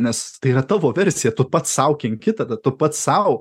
nes tai yra tavo versija tu pats sau kenki tada tu pats sau